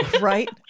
right